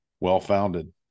well-founded